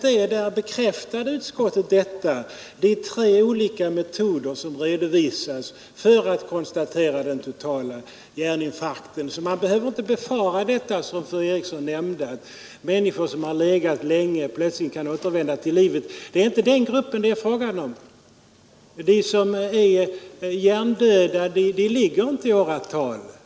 Förra året bekräftade utskottet detta förhållande, och tre olika metoder för att konstatera den totala hjärninfarkten redovisades. Vi behöver alltså inte i detta sammanhang befara det som fru Eriksson nämnde, att människor som legat medvetslösa länge plötsligt återvänder till livet. Det är inte den gruppen det är frågan om. De som är hjärndöda ligger inte i åratal på sjukhus.